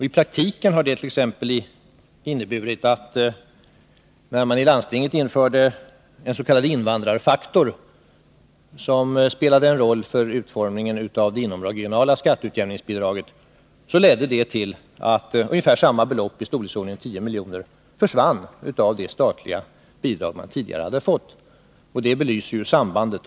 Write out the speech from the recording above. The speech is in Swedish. I praktiken har det t.ex. inneburit att när man i landstinget införde en s.k. invandrarfaktor, som spelade en viss roll för utformningen av det inomregionala skatteutjämningsbidraget, ledde detta till att ungefär samma belopp, i storleksordningen 10 milj.kr. för Södertäljes del, av det statliga bidrag man tidigare hade fått försvann. Detta, om inte annat, belyser sambandet.